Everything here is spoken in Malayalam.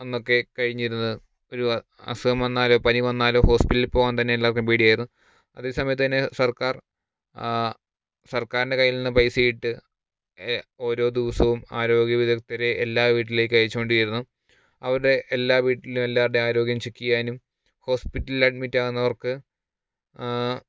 അന്നൊക്കെ കഴിഞ്ഞിരുന്നത് ഒരു അസുഖം വന്നാലോ പനി വന്നാലോ ഹോസ്പിറ്റലിൽ പോവാൻ തന്നെ എല്ലാവർക്കും പേടിയായിരുന്നു അതേ സമയത്ത് തന്നെ സർക്കാർ സർക്കാറിൻ്റെ കൈയിൽ നിന്ന് പൈസയിട്ട് ഓരോ ദിവസവും ആരോഗ്യ വിദഗ്ധരെ എല്ലാ വീട്ടിലേക്ക് അയച്ചു കൊണ്ടിരുന്നു അവരുടെ എല്ലാ വീട്ടിലും എല്ലാവരുടേയും ആരോഗ്യം ചെക്ക് ചെയ്യാനും ഹോസ്പിറ്റലിൽ അഡ്മിറ്റ് ആകുന്നവർക്ക്